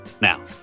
Now